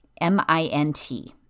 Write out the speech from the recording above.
M-I-N-T